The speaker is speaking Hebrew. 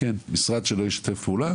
משרד שלא ישתף פעולה